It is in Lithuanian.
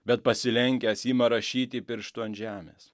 bet pasilenkęs ima rašyti pirštu ant žemės